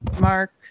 Mark